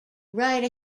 write